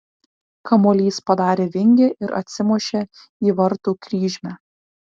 kamuolys padarė vingį ir atsimušė į vartų kryžmę